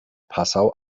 passau